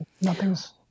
nothing's